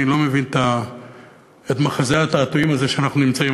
אני לא מבין את מחזה התעתועים הזה שאנחנו נמצאים בו,